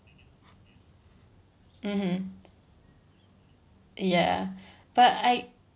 mmhmm ya but I